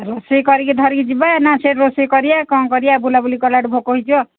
ରୋଷେଇ କରିକି ଧରିକି ଯିବା ନା ସେଠି ରୋଷେଇ କରିବା କ'ଣ କରିବା ବୁଲାବୁଲି କଲାଠୁ ଭୋକ ହୋଇଯିବ